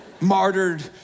Martyred